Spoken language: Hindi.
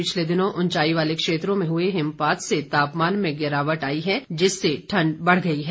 पिछले दिनों ऊंचाई वाले क्षेत्रों में हुए हिमपात से तापमान में गिरावट आई जिससे ठंड बढ़ गई है